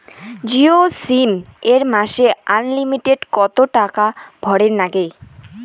Jio sim এ মাসে unlimited কত টাকা ভরের নাগে?